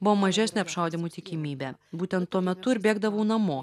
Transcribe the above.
buvo mažesnė apšaudymų tikimybė būtent tuo metu ir bėgdavau namo